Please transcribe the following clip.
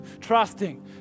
Trusting